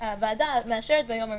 הוועדה מאשרת ביום הראשון.